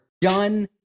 done